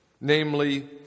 Namely